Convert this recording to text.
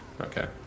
Okay